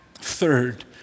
Third